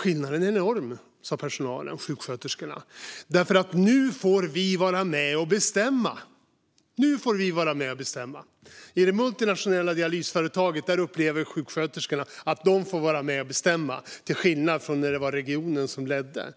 Skillnaden är enorm, sa personalen, sjuksköterskorna. Nu får vi vara med och bestämma, sa de. I det multinationella dialysföretaget upplever sjuksköterskorna att de får vara med och bestämma, till skillnad från när regionen ledde.